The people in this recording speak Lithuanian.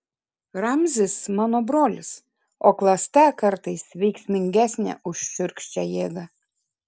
ramzis mano brolis o klasta kartais veiksmingesnė už šiurkščią jėgą